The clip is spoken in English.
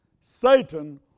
Satan